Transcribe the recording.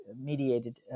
mediated